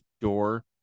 door